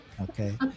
Okay